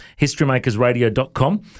HistoryMakersRadio.com